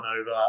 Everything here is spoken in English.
over